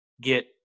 get